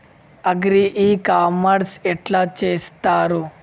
Agri e commerce ఎట్ల చేస్తరు?